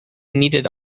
needed